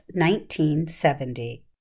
1970